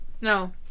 No